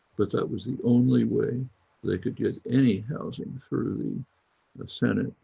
but that was the only way they could get any housing through the senate,